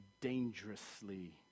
Dangerously